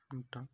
ఉంటాం